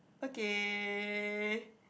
okay